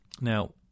Now